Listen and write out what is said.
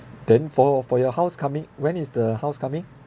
then for for your house coming when is the house coming